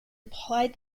applied